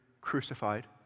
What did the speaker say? crucified